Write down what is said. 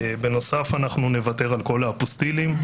בנוסף, אנחנו נוותר על כל האפוסטילים.